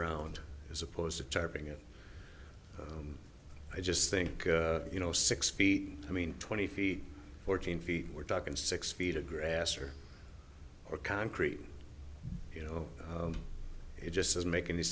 round as opposed to typing it i just think you know six feet i mean twenty feet fourteen feet we're talking six feet of grass or a concrete you know it just doesn't make any